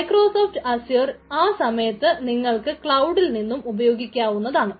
Microsoft Azure ആ സമയത്ത് നിങ്ങൾക്ക് ക്ലൌഡിൽ നിന്നും ഉപയോഗിക്കാവുന്നതാണ്